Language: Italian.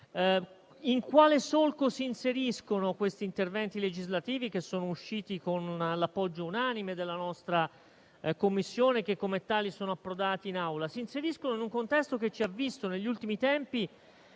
In quale solco si inseriscono dunque questi interventi legislativi, che hanno avuto l'appoggio unanime della nostra Commissione e che, come tali, sono approdati in Aula? Si inseriscono in un contesto che, negli ultimi tempi,